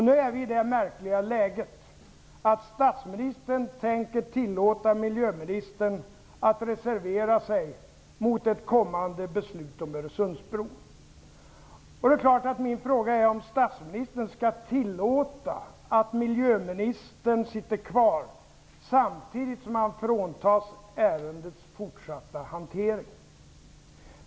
Nu är vi i det märkliga läget att statsministern tänker tillåta miljöministern att reservera sig mot ett kommande beslut om Öresundsbron. Det är klart att min fråga är om statsministern skall tillåta att miljöministern sitter kvar, samtidigt som han fråntas ärendets fortsatta hantering.